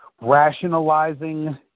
rationalizing